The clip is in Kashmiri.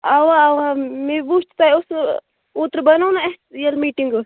اوا اوا مےٚ وُچھ تۄہہِ اوسوٕ اوترٕ بنوو نا أسہِ ییٚلہِ میٹِنٛگ ٲس